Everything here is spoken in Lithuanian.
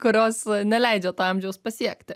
kurios neleidžia to amžiaus pasiekti